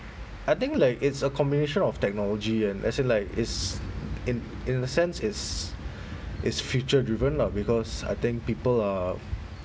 I think like it's a combination of technology and as in like is in in the sense it's it's future driven lah because I think people are